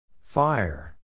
Fire